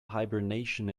hibernation